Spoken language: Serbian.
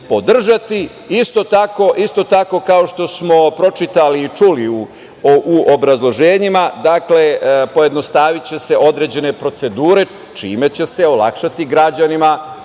podržati, isto tako, kao što smo pročitali i čuli u obrazloženjima, pojednostaviće se određene procedure, čime će se olakšati građanima